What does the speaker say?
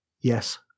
Yes